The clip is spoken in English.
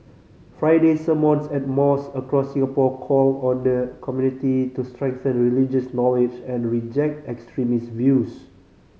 Friday sermons at mosque across Singapore called on the community to strengthen religious knowledge and reject extremist views